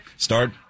Start